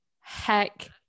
heck